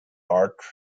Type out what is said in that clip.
heart